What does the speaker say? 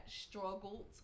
struggled